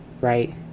right